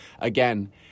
again